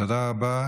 תודה רבה.